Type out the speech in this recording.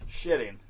Shitting